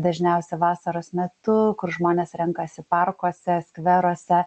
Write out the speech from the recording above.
dažniausia vasaros metu kur žmonės renkasi parkuose skveruose